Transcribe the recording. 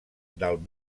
del